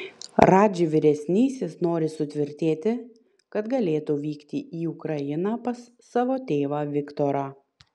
radži vyresnysis nori sutvirtėti kad galėtų vykti į ukrainą pas savo tėvą viktorą